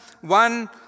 One